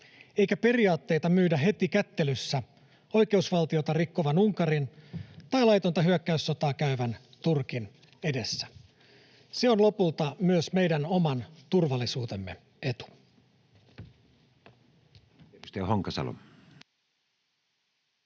eikä periaatteita myydä heti kättelyssä oikeusvaltiota rikkovan Unkarin tai laitonta hyökkäyssotaa käyvän Turkin edessä. Se on lopulta myös meidän oman turvallisuutemme etu.